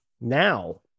now